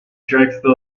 drexel